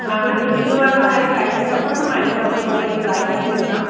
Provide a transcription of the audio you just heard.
हा हीअ पीलो वालो हाली साइड त रखोसि त मां हिक दफ़ो भई ट्राय करे ॾिसां